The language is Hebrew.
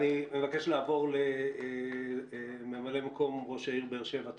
אני מבקש לעבור לממלא מקום ראש העיר באר שבע,